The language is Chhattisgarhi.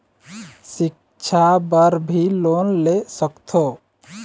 सिक्छा बर भी लोन ले सकथों?